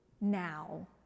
now